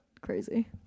crazy